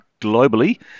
globally